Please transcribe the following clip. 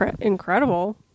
incredible